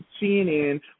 CNN